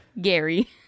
Gary